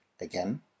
again